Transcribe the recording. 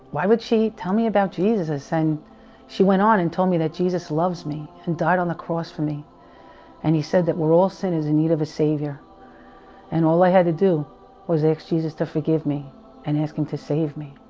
why, would she tell me about jesus and she went on and told me that jesus loves me and died on the cross for me and he said that we're all sinners in need of a savior and all i had to do was the ex jesus to forgive me and ask him to save me